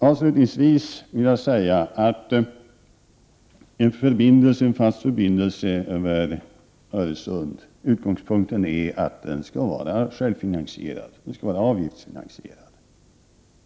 Avslutningsvis vill jag säga att utgångspunkten för en fast förbindelse över Öresund är att en sådan förbindelse skall vara självfinansierad, att den skall vara avgiftsfinansierad.